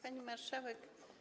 Pani Marszałek!